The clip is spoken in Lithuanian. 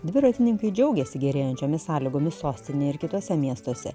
dviratininkai džiaugėsi gerėjančiomis sąlygomis sostinėje ir kituose miestuose